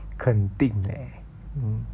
肯定 leh mm